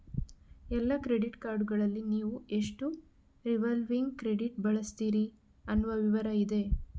ಎಲ್ಲಾ ಕ್ರೆಡಿಟ್ ಕಾರ್ಡುಗಳಲ್ಲಿ ನೀವು ಎಷ್ಟು ರಿವಾಲ್ವಿಂಗ್ ಕ್ರೆಡಿಟ್ ಬಳಸ್ತೀರಿ ಅನ್ನುವ ವಿವರ ಇದೆ